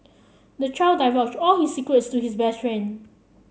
the child divulged all his secrets to his best friend